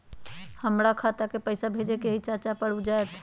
हमरा खाता के पईसा भेजेए के हई चाचा पर ऊ जाएत?